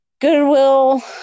Goodwill